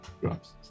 drops